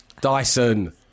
Dyson